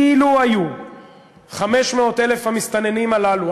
אילו היו 500,000 המסתננים הללו,